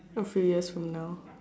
a few years from now